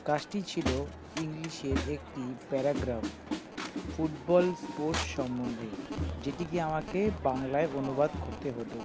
কাজটি ছিল ইংলিশের একটি প্যারাগ্রাফ ফুটবল স্পোর্টস সম্বন্ধে যেটিকে আমাকে বাংলায় অনুবাদ করতে হতো